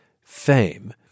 fame